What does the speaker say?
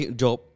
job